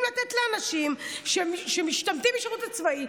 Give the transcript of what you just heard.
לתת לאנשים שמשתמטים מהשירות הצבאי,